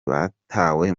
batawe